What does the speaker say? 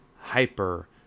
hyper